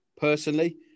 Personally